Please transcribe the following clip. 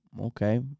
Okay